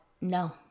no